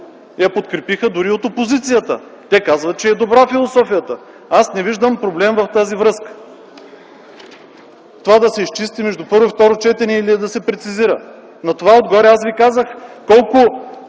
я подкрепиха дори от опозицията. Те казаха, че философията е добра. Аз не виждам проблем в тази връзка - да се изчисти между първо и второ четене и да се прецизира. На това отгоре – аз ви казах колко